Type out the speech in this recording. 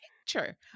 picture